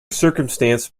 circumstance